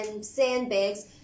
sandbags